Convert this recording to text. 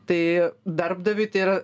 tai darbdaviui tai yra